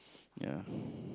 ya